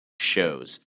shows